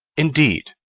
indeed!